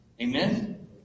Amen